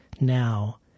now